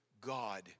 God